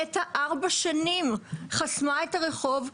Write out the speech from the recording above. נת"ע ארבע שנים חסמה את הרחוב,